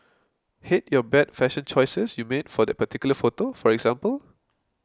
hate your bad fashion choices you made for that particular photo for example